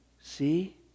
see